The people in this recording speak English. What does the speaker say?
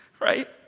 right